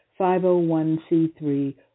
501c3